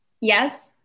Yes